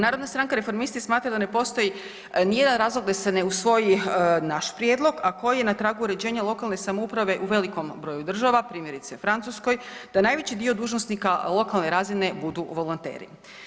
Narodna stranka reformisti smatra da ne postoji nijedan razlog da se ne usvoji naš prijedlog, a koji je na tragu uređenja lokalne samouprave u velikom broju država, primjerice Francuskoj da najveći dio dužnosnika lokalne razine budu volonteri.